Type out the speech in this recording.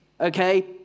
Okay